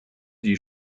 die